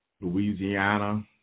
Louisiana